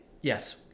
yes